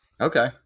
Okay